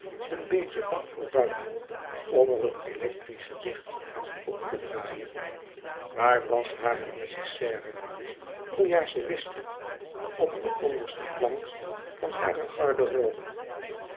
een beetje bang voor buiten om er het electrische licht op te draaien waar was hare nécessaire o ja ze wist het op de onderste plank van hare garderobe